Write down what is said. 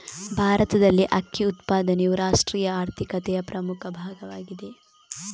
ಭಾರತದಲ್ಲಿ ಅಕ್ಕಿ ಉತ್ಪಾದನೆಯು ರಾಷ್ಟ್ರೀಯ ಆರ್ಥಿಕತೆಯ ಪ್ರಮುಖ ಭಾಗವಾಗಿದೆ